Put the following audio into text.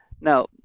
Now